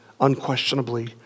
Unquestionably